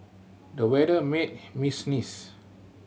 the weather made me sneeze